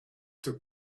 took